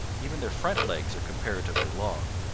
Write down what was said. even their front legs are comparatively long.